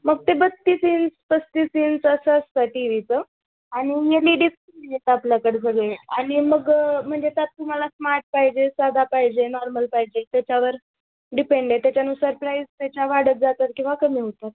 मग ते बस्तीस इन्च पस्तीस इन्च असं असतं टी वीचं आणि हे लेडीस येतं आपल्याकडे सगळे आणि मग म्हणजे त्यात तुम्हाला स्मार्ट पाहिजे साधा पाहिजे नॉर्मल पाहिजे त्याच्यावर डिपेंड आहे त्याच्यानुसार प्राईस त्याच्या वाढत जातात किंवा कमी होतात